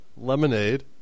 lemonade